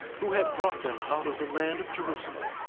who had brought them out of the land of jerusalem,